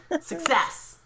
success